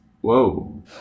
Whoa